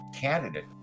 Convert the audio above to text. candidate